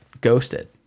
ghosted